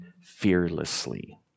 fearlessly